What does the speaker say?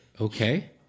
okay